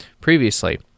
previously